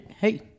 hey